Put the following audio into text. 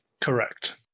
Correct